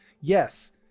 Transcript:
Yes